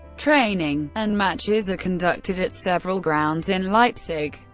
training and matches are conducted at several grounds in leipzig.